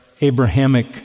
Abrahamic